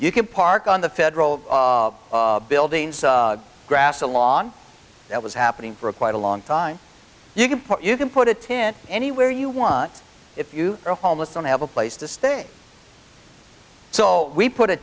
you can park on the federal buildings grass along it was happening for quite a long time you can you can put it in anywhere you want if you are homeless don't have a place to stay so we put a